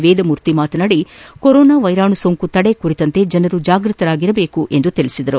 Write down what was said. ವೇದಮೂರ್ತಿ ಮಾತನಾಡಿ ಕೊರೊನಾ ವೈರಾಣು ಸೋಂಕು ತಡೆ ಕುರಿತು ಜನರು ಜಾಗೃತರಾಗಬೇಕು ಎಂದು ತಿಳಿಸಿದರು